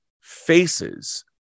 faces